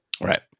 Right